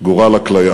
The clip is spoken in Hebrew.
גורל הכליה.